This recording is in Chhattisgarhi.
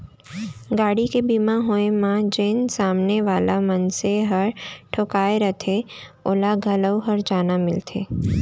गाड़ी के बीमा होय म जेन सामने वाला मनसे ह ठोंकाय रथे ओला घलौ हरजाना मिलथे